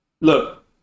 Look